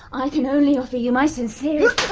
i can only offer you my sincerest